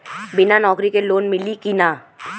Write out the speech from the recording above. बिना नौकरी के लोन मिली कि ना?